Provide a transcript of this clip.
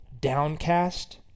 downcast